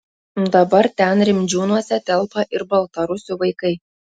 dabar ten rimdžiūnuose telpa ir baltarusių vaikai